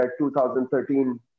2013